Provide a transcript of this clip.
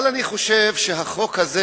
אבל החוק הזה,